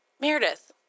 Meredith